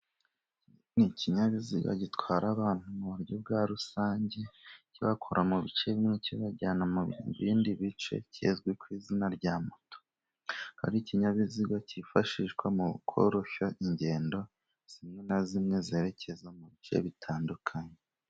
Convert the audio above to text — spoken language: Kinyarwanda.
Ikinyabiziga gitwara abantu mu buryo bwa rusange, kibakura mu bice bimwe kibajyana mu bindi bice, kizwi ku izina rya moto, akaba iri ikinyabiziga cyifashishwa mu koroshya ingendo zimwe na zimwe, zerekeza mu bice bitandukanye.